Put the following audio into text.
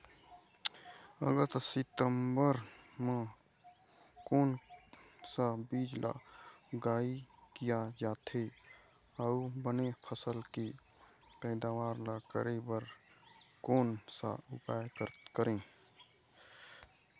अगस्त सितंबर म कोन सा बीज ला उगाई किया जाथे, अऊ बने फसल के पैदावर करें बर कोन सा उपाय करें?